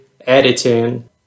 editing